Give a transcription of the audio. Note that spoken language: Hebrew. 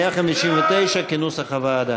חברי הכנסת, בעד,